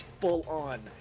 full-on